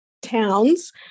towns